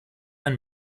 ein